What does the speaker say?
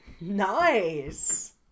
nice